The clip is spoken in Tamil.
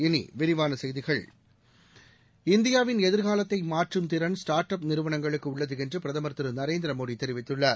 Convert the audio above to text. இனி விரிவான செய்திகள் இந்தியாவின் எதிர்காலத்தை மாற்றும் திறன் ஸ்டார்ட் அப் நிறுவனங்களுக்கு உள்ளது என்று பிரதமர் திரு நரேந்திர மோடி தெரிவித்துள்ளார்